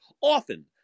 often